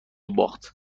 باخت